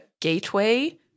gateway